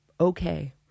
okay